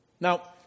Now